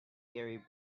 gary